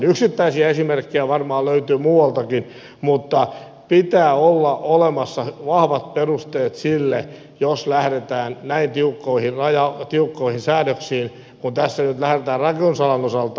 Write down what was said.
yksittäisiä esimerkkejä varmaan löytyy muualtakin mutta pitää olla olemassa vahvat perusteet sille jos lähdetään näin tiukkoihin säädöksiin kuin tässä nyt lähdetään rakennusalan osalta